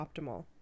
optimal